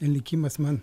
likimas man